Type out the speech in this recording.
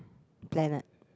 planet